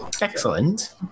Excellent